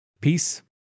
Peace